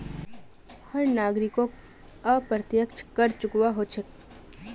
हर नागरिकोक अप्रत्यक्ष कर चुकव्वा हो छेक